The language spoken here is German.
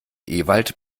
ewald